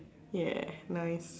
ya nice